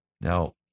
Now